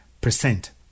percent